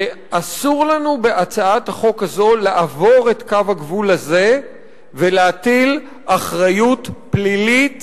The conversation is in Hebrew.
שאסור לנו בהצעת החוק הזו לעבור את קו הגבול הזה ולהטיל אחריות פלילית